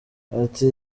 ati